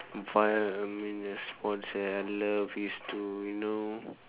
but I mean there's sponsor like it's love two you know